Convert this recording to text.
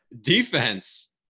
defense